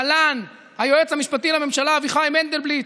להלן: היועץ המשפטי לממשלה אביחי מנדלבליט,